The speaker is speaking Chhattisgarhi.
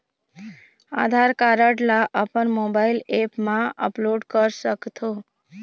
आधार कारड ला अपन मोबाइल ऐप मा अपलोड कर सकथों?